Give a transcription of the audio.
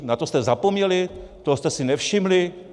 Na to jste zapomněli, toho jste si nevšimli?